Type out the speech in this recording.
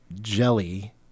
jelly